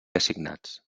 assignats